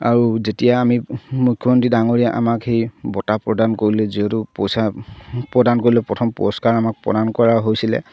আৰু যেতিয়া আমি মুখ্যমন্ত্ৰী ডাঙৰীয়া আমাক সেই বঁটা প্ৰদান কৰিলে যিহেতু পইচা প্ৰদান কৰিলে প্ৰথম পুৰস্কাৰ আমাক প্ৰদান কৰা হৈছিলে